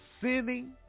sinning